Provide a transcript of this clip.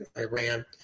Iran